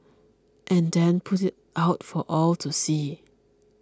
and then put it out for all to see